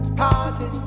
party